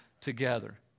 together